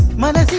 mother